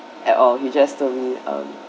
at all you just told me um